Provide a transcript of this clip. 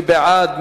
מי בעד?